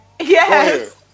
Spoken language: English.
Yes